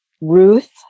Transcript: Ruth